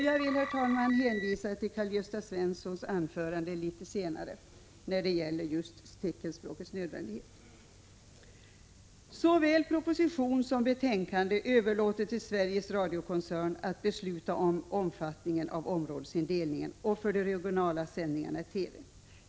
Jag vill, herr talman, hänvisa till Karl-Gösta Svensons anförande att besluta om omfattningen och områdesindelningen för de regionala sändningarna i TV.